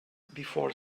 before